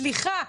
סליחה,